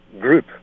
group